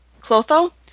Clotho